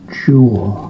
jewel